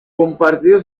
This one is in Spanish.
compartió